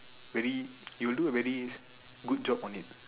very you will do a very good job on it